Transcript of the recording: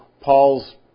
Paul's